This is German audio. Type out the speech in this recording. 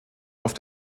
auf